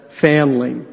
family